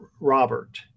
Robert